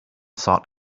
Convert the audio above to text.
sought